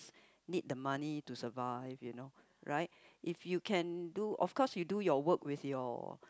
need the money to survive you know right if you can do of course you do your work with your